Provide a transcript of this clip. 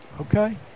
Okay